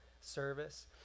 service